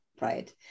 right